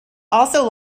also